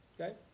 Okay